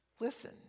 Listen